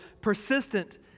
persistent